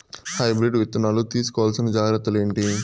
Hybrid విత్తనాలు తీసుకోవాల్సిన జాగ్రత్తలు ఏంటి?